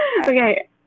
Okay